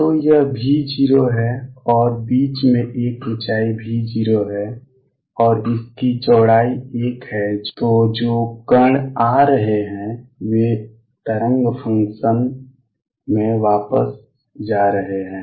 तो यह V0 है और बीच में एक ऊंचाई V0 है और इसकी चौड़ाई एक है तो जो कण आ रहे हैं वे तरंग फ़ंक्शन में वापस जा रहे हैं